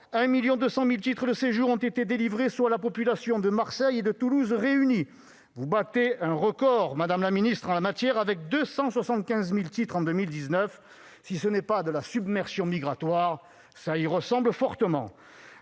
1,2 million de titres de séjours ont été délivrés, soit les populations de Marseille et de Toulouse réunies. Vous battez un record en la matière, madame le ministre, avec 275 000 titres en 2019. Si ce n'est pas de la submersion migratoire, cela y ressemble fortement